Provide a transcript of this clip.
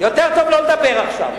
יותר טוב לא לדבר עכשיו,